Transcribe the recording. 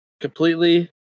completely